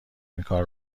اینکار